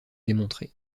démontrer